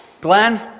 Glenn